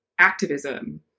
Activism